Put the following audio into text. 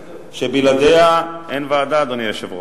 שבלעדיה אין ועדה, אדוני היושב-ראש.